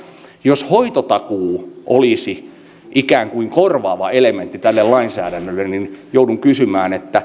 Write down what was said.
jos hoitotakuu olisi ikään kuin korvaava elementti tälle lainsäädännölle niin joudun kysymään